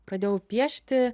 pradėjau piešti